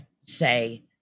say